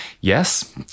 Yes